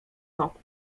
roku